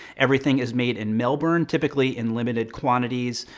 everything is made in melbourne, typically in limited quantities.